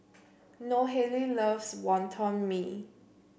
Nohely loves Wonton Mee